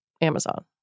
Amazon